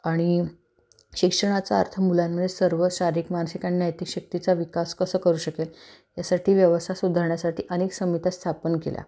आणि शिक्षणाचा अर्थ मुलांमुळे सर्व शारीरिक मानसिक आणि नैतिक शक्तीचा विकास कसं करू शकेल यासाठी व्यवस्था सुधारण्यासाठी अनेक समित्या स्थापन केल्या